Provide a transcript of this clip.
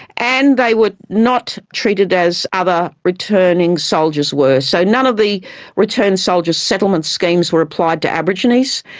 and they were not treated as other returning soldiers were. so none of the returned soldiers settlement schemes were applied to aborigines.